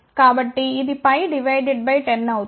కాబట్టి అది pi divided by 10 అవుతుంది